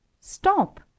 stop